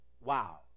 wow